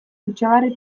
kutsagarri